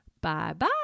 Bye-bye